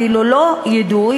אפילו לא יידוי,